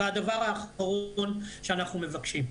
הדבר האחרון שאנחנו מבקשים,